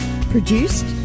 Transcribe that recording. Produced